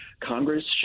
Congress